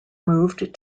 moved